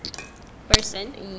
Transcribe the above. person